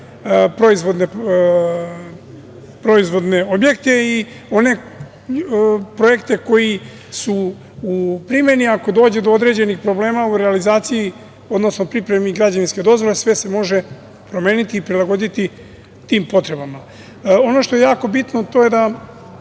proizvodne objekte i one projekte koji su u primeni, ako dođe do određenih problema u realizaciji, odnosno pripremi građevinske dozvole, sve se može promeniti i prilagoditi tim potrebama. Ono što je jako bitno to je da